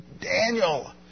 Daniel